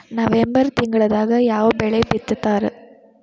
November ತಿಂಗಳದಾಗ ಯಾವ ಬೆಳಿ ಬಿತ್ತತಾರ?